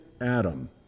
Adam